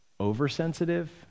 Oversensitive